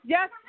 Yes